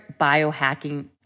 biohacking